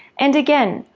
and again,